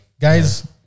guys